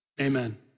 Amen